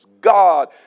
God